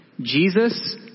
Jesus